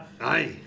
Aye